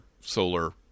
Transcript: solar